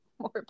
more